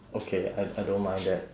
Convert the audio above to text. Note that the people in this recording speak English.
okay I I don't mind that